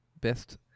best